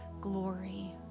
glory